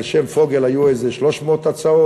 על שם פוגל היו איזה 300 הצעות,